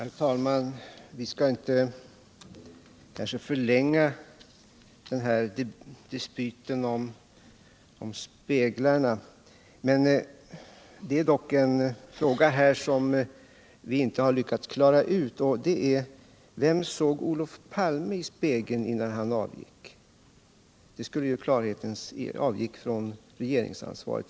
Herr talman! Vi skall kanske inte förlänga dispyten om speglarna. Men det är dock en fråga som vi inte har lyckats klara ut, och det är: Vem såg Olof Palme i spegeln, innan han frånträdde regeringsansvaret?